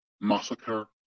massacre